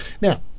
Now